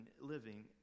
living